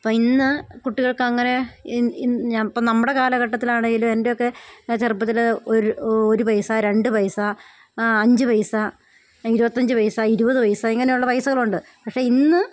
ഇപ്പം ഇന്നു കുട്ടികൾക്ക് അങ്ങനെ ഇൻ ഇൻ ഞാനപ്പം നമ്മുടെ കാലഘട്ടത്തിലാണെങ്കിലും എൻ്റെയൊക്കെ ചെറുപ്പത്തിൽ ഒരു ഒരു പൈസ രണ്ട് പൈസ അഞ്ച് പൈസ ഇരുപത്തഞ്ച് പൈസ ഇരുപത് പൈസ ഇങ്ങനെയുള്ള പൈസകളുണ്ട് പക്ഷെ ഇന്ന്